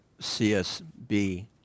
CSB